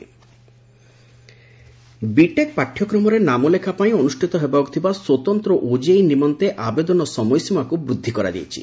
OJEE BTech ପାଠ୍ୟକ୍ରମରେ ନାମଲେଖା ପାଇଁ ଅନୁଷିତ ହେବାକୁ ଥିବା ସ୍ୱତନ୍ତ ଓଜେଇ ନିମନ୍ତେ ଆବେଦନ ସମୟସୀମାକୁ ବୃଦ୍ଧି କରାଯାଇଛି